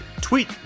tweet